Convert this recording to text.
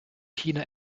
china